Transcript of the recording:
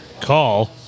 call